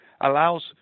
allows